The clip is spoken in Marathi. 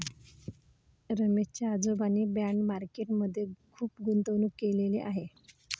रमेश च्या आजोबांनी बाँड मार्केट मध्ये खुप गुंतवणूक केलेले आहे